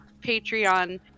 Patreon